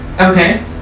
Okay